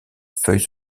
feuilles